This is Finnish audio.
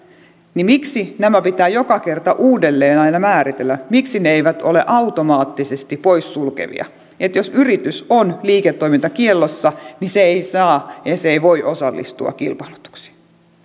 miksi nämä pitää joka kerta uudelleen aina määritellä miksi ne eivät ole automaattisesti poissulkevia että jos yritys on liiketoimintakiellossa niin se ei saa ja se ei voi osallistua kilpailutukseen